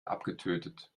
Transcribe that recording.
abgetötet